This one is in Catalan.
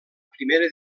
primera